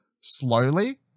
slowly